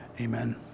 Amen